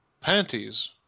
Panties